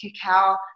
cacao